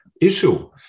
issue